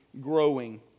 growing